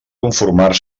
conformar